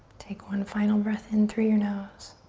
take one final breath in through your nose.